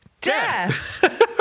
death